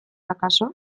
akaso